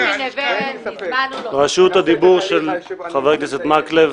אפי נוה מזמן --- רשות הדיבור של חבר הכנסת מקלב